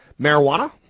Marijuana